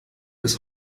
des